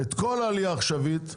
את כל העלייה העכשווית,